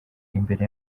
imbere